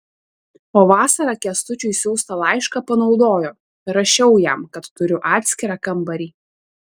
o vasarą kęstučiui siųstą laišką panaudojo rašiau jam kad turiu atskirą kambarį